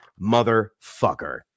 motherfucker